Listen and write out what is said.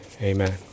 amen